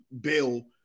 bill